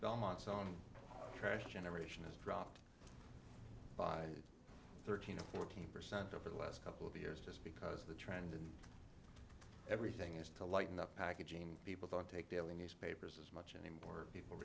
belmont's on trash generation has dropped by thirteen fourteen percent over the last couple of years just because the trend in everything is to lighten up packaging people don't take daily newspapers as much anymore people